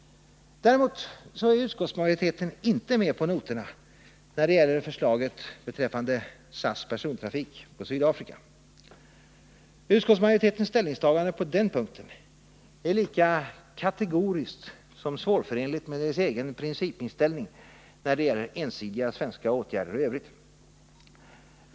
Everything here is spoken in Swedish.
Däremot är utskottsmajoriteten inte med på noterna när det gäller förslaget beträffande SAS persontrafik på Sydafrika. Utskottsmajoritetens ställningstagande på den punkten är lika kategoriskt som svårförenligt med dess egen principinställning när det gäller ensidiga svenska åtgärder i övrigt.